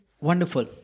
Wonderful